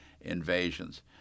invasions